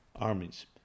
armies